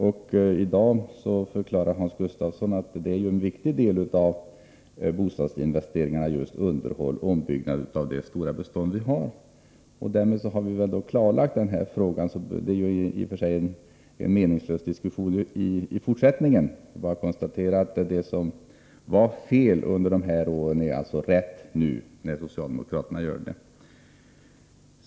I dag förklarar Hans Gustafsson att just detta är en viktig del av investeringarna i det stora bostadsbestånd vi har. Därmed har vi väl klarlagt den här frågan, så det är i och för sig meningslöst att fortsätta den diskussionen. Jag konstaterar bara att det som var fel under de åren är rätt nu, när socialdemokraterna gör det.